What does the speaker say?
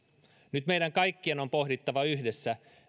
nyt meidän kaikkien on pohdittava yhdessä